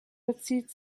bezieht